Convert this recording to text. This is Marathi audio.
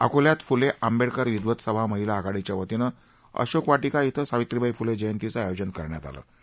अकोल्यात फुले आंबेडकर विद्वत सभा महिला आघाडीच्या वतीनं अशोक वाटीका ि ्विं सावित्रीबाई फुले जयंतीचं आयोजन करण्यात आलं होतं